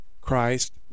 Christ